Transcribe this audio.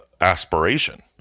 aspiration